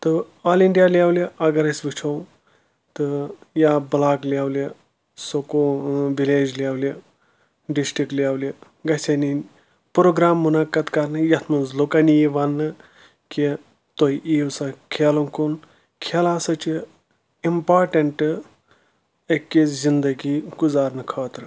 تہٕ all India لَیٚولہِ اگر أسۍ وٕچھو تہٕ یا بٕلاک لَیٚولہِ سکوٗل وِلَیج لَیٚولہِ ڈِسٹِرک لَیٚولہِ گژھن یِنۍ پروگرَام مُنعَقد کَرنہٕ یَتھ منٛز لُکَن یہِ وَننہٕ کہِ تُہۍ یِیِو سا کَھیلَن کُن کَھیٚلہٕ ہَسا چھِ اِمپاٹَنٹ أکِس زِنٛدَگی گُزارنہٕ خٲطرٕ